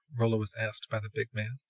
rolla was asked by the big man.